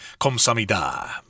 Komsamida